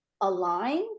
align